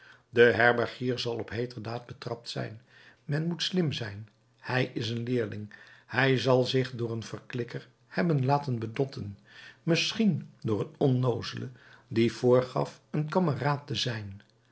de herbergier zal op heeter daad betrapt zijn men moet slim wezen hij is een leerling hij zal zich door een verklikker hebben laten bedotten misschien door een onnoozele die voorgaf een kameraad te zijn